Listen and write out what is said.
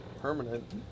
permanent